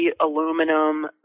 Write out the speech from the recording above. aluminum